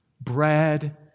Bread